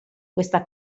questa